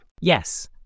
Yes